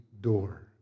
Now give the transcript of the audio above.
door